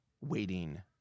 waiting